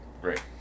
Great